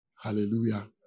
hallelujah